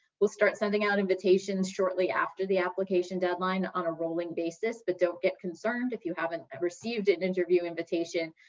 we'll start sending out invitations shortly after the application deadline on a rolling basis, but don't get concerned if you haven't received an interview invitation.